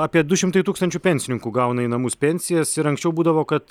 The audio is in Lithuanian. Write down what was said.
apie du šimtai tūkstančių pensininkų gauna į namus pensijas ir anksčiau būdavo kad